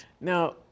Now